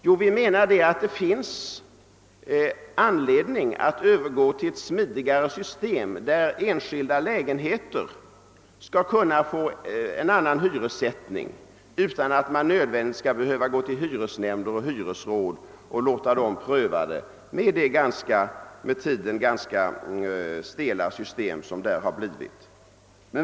Jo, vi menar att det finns anledning att övergå till ett smidigare system, som medger en annan hyressättning för enskilda lägenheter utan att man nödvändigtvis skall behöva låta hyresnämnder och hyresråd pröva saken efter det med tiden ganska stela förfarande som har utvecklat sig.